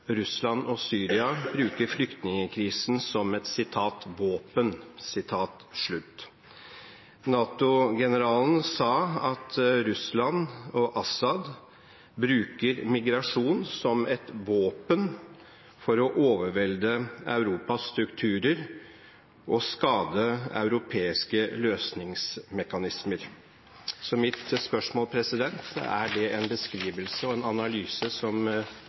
Russland og Syria bruker flyktningkrisen som et våpen. NATO-generalen sa at Russland og Assad bruker migrasjon som et våpen for å overvelde Europas strukturer og skade europeiske løsningsmekanismer. Så mitt spørsmål er: Er det en beskrivelse og en analyse som